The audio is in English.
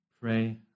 pray